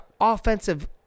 offensive